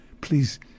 please